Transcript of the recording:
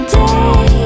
day